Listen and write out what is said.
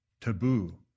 Taboo